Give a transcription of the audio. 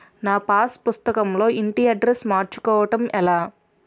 నా పాస్ పుస్తకం లో ఇంటి అడ్రెస్స్ మార్చుకోవటం ఎలా?